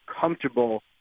comfortable